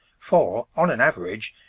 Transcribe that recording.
for, on an average,